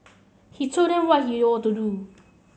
he told them what they ought to do